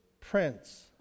prince